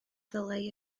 ddylai